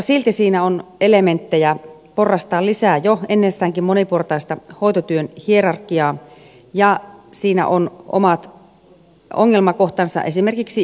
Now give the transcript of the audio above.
silti siinä on elementtejä porrastaa lisää jo ennestäänkin moniportaista hoitotyön hierarkiaa ja siinä on omat ongelmakohtansa esimerkiksi lääkehoidossa